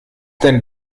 denn